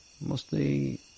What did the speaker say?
mostly